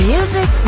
Music